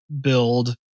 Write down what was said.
build